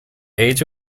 age